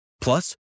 Plus